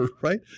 right